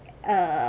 uh